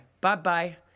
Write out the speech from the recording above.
Bye-bye